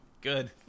Good